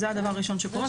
זה הדבר הראשון שקורה,